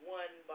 one